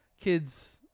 kids